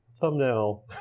Thumbnail